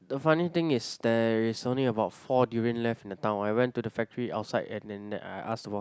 the funny thing is there is only about four durian left in the town I went to the factory outside and then that I ask the boss